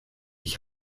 ich